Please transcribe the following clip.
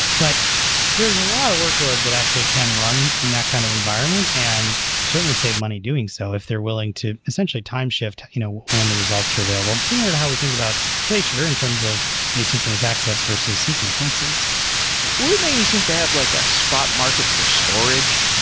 but there are lots of workloads that actually can run in that kind of environment and certainly save money doing so if they're willing to essentially time shift you know when the results are available. similar to how we think about glacier, in terms of asynchronous access versus synchronous access would it make any sense to have like a spot market for storage?